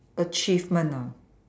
achievement ah